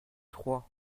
trois